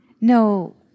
No